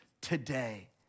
today